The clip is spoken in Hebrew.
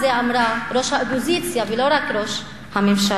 את זה אמרה ראש האופוזיציה ולא רק ראש הממשלה.